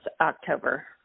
October